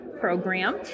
Program